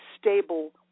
stable